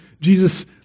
Jesus